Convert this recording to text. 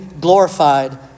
glorified